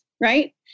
Right